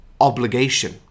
obligation